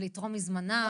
לתרום מזמנה,